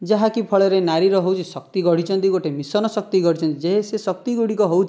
ଯାହାକି ଫଳରେ ନାରୀର ହେଉଛି ଶକ୍ତି ଗଢ଼ିଛନ୍ତି ଗୋଟିଏ ମିଶନ ଶକ୍ତି ଗଢ଼ିଛନ୍ତି ଯେ ସେ ଶକ୍ତି ଗୁଡ଼ିକ ହେଉଛି